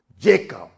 Jacob